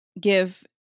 give